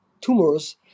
tumors